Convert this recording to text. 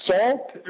Salt